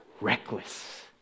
reckless